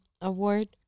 award